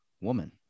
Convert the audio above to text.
woman